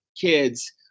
kids